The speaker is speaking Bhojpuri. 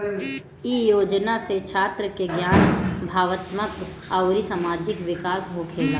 इ योजना से छात्र के ज्ञान, भावात्मक अउरी सामाजिक विकास होखेला